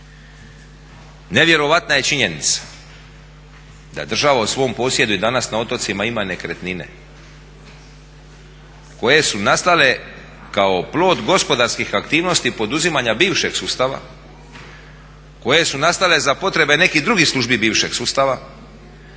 Nevjerojatna je činjenica da država u svom posjedu i danas na otocima ima nekretnine koje su nastale kao plod gospodarskih aktivnosti poduzimanja bivšeg sustava koje su nastale za potrebe nekih drugih službi bivšeg sustava